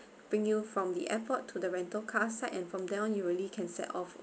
bring you from the airport to the rental car side and from there on you really can set off